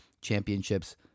championships